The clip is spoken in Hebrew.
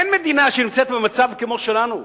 אין מדינה שנמצאת במצב כמו שלנו,